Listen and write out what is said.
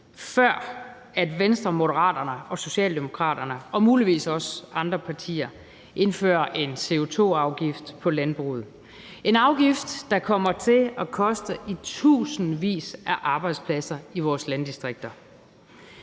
før Venstre, Moderaterne og Socialdemokraterne og muligvis også andre partier indfører en CO2-afgift på landbruget, der kommer til at koste i tusindvis af arbejdspladser i vores landdistrikter.